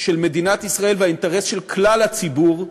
של מדינת ישראל והאינטרס של כלל הציבור,